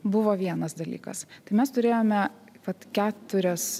buvo vienas dalykas tai mes turėjome vat keturias